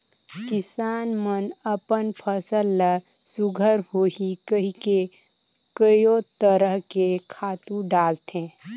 किसान मन अपन फसल ल सुग्घर होही कहिके कयो तरह के खातू डालथे